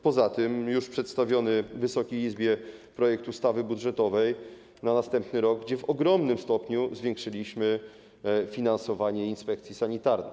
Poza tym już w przedstawionym Wysokiej Izbie projekcie ustawy budżetowej na następny rok w ogromnym stopniu zwiększyliśmy finansowanie inspekcji sanitarnej.